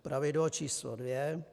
Pravidlo číslo dvě.